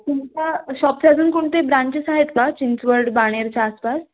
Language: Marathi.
तुमच्या शॉपचे अजून कोणते ब्रांचेस आहेत का चिंचवड बाणेरच्या आसपास